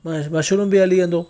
mushroom बि हली वेंदो